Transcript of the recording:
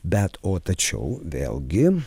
bet o tačiau vėlgi